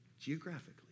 geographically